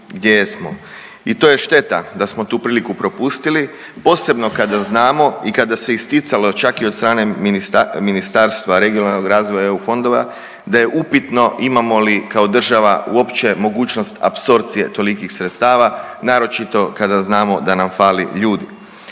I to je šteta da smo tu priliku propustili, posebno kada znamo i kada se isticalo čak i od strane Ministarstva regionalnog razvoja i eu fondova, da je upitno imamo li kao država uopće mogućnost apsorpcije tolikih sredstava, naročito kada znamo da nam fali ljudi.